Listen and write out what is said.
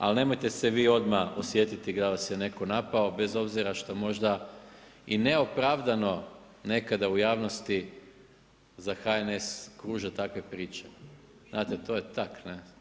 Ali nemojte se vi odmah osjetiti da vas je netko napao bez obzira što možda i neopravdano nekada u javnosti za HNS kruže takve priče, to je tak.